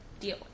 deal